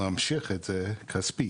להמשיך את זה כספית.